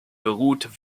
beruht